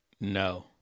No